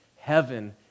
heaven